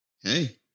Hey